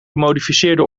gemodificeerde